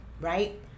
right